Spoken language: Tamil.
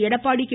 எடப்பாடி கே